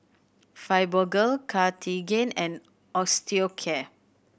Fibogel Cartigain and Osteocare